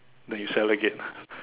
then you sell again